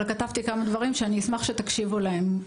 אבל אני כתבתי כמה דברים שאני אשמח שתקשיבו להם,